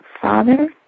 father